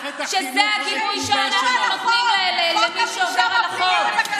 כשזה הגיבוי שאנחנו נותנים למי שעובר על החוק?